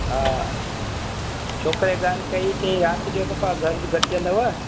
हा छोकिरे ॻाल्हि कई की राति जो पपा घरु गॾिजंदव